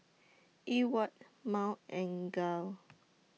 Ewart Mal and Gayle